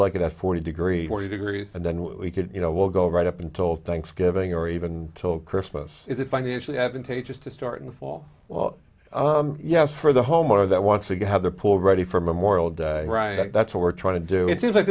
like it at forty degrees forty degrees and then we could you know we'll go right up until thanksgiving or even till christmas is it financially advantageous to start in the fall well yes for the homeowner that once again have the pool ready for memorial day right that's what we're trying to do it seems like